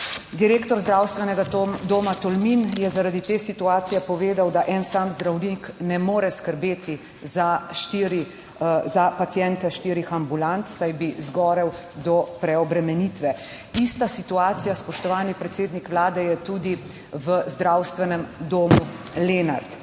Direktor Zdravstvenega doma Tolmin je zaradi te situacije povedal, da en sam zdravnik ne more skrbeti za **6. TRAK: (SC) – 10.25** (nadaljevanje) paciente štirih ambulant, saj bi zgorel do preobremenitve. Ista situacija, spoštovani predsednik Vlade, je tudi v Zdravstvenem domu Lenart.